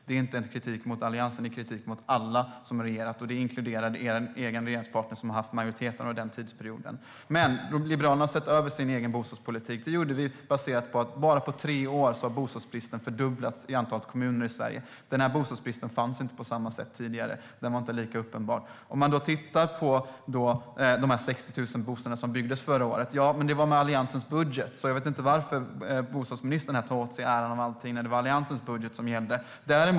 Det är inte en kritik mot Alliansen utan mot alla som har regerat, och det inkluderar er regeringspartner, som har haft majoritet under den tidsperioden. Liberalerna har sett över sin bostadspolitik. Det gjorde vi baserat på att bostadsbristen bara på tre år har fördubblats i ett antal kommuner i Sverige. Den bostadsbristen fanns inte på samma sätt tidigare - den var inte lika uppenbar. Man kan titta på de 60 000 bostäder som byggdes förra året. Ja, men det var med Alliansens budget. Jag vet inte varför bostadsministern tar åt sig äran av allt, när det var Alliansens budget som gällde.